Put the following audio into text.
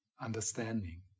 understanding